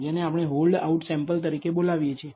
જેને આપણે hold out sample તરીકે બોલાવીએ છીએ